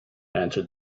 answered